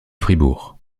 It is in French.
fribourg